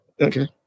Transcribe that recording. Okay